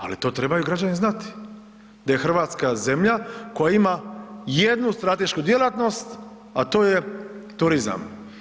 Ali, to trebaju građani znati, da je Hrvatska zemlja koja ima jednu stratešku djelatnost, a to je turizam.